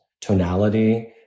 tonality